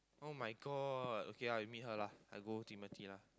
[oh]-my-god okay lah you meet her lah I go Timothy lah